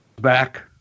back